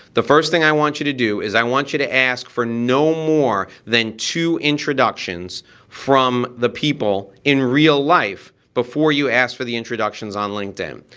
the first thing i want you to do is i want you to ask for no more than two introductions from the people in real life before you ask for the introductions on linkedin.